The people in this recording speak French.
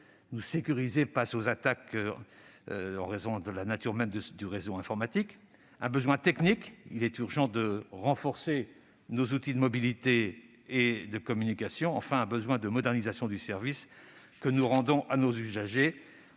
site étant exposé aux attaques en raison de la nature même du réseau informatique ; un besoin technique, car il est urgent de renforcer nos outils de mobilité et de communication ; enfin, un besoin de modernisation du service que nous rendons à nos usagers.